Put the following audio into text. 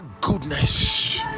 goodness